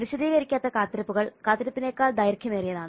വിശദീകരിക്കാത്ത കാത്തിരിപ്പുകൾ കാത്തിരിപ്പിനെക്കാൾ ദൈർഘ്യമേറിയതാണ്